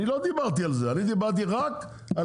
אני לא דיברתי עלזה אני דיברתי רק על